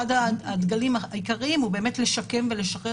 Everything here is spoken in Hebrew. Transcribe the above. אחד הדגלים העיקריים שלנו הוא באמת לשקם ולשחרר